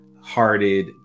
hearted